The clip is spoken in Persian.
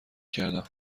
کردم